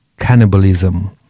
cannibalism